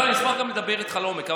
אשמח גם לדבר איתך לעומק.